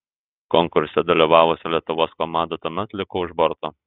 konkurse dalyvavusi lietuvos komanda tuomet liko už borto